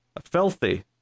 Filthy